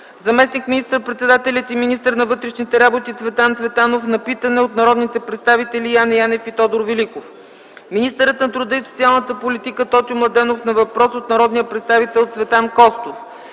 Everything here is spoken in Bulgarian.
заместник министър-председателят и министър на вътрешните работи Цветан Цветанов на питане от народните представители Яне Янев и Тодор Великов; министърът на труда и социалната политика Тотю Младенов на въпрос от народния представител Цветан Костов;